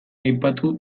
aipatu